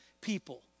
people